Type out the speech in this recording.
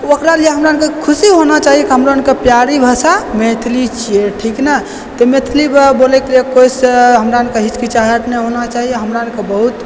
ओकरा लिये हमराके खुशी होना चाही कि हमरा अरके प्यारी भाषा मैथिली छियै ठीक ने तऽ मैथिली बोलयके लिये कोइसँ हमरा अरके हिचकिचाहट नहि होना चाही आओर हमरा अरके बहुत